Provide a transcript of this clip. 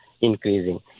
Increasing